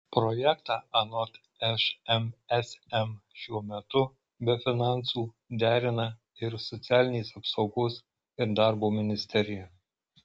projektą anot šmsm šiuo metu be finansų derina ir socialinės apsaugos ir darbo ministerija